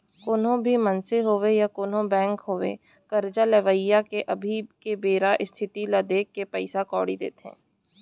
कोनो भी मनसे होवय या कोनों बेंक होवय करजा लेवइया के अभी के बेरा इस्थिति ल देखके पइसा कउड़ी देथे